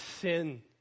sin